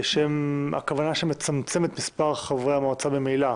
שהכוונה שם לצמצם את מספר חברי המועצה ממילא.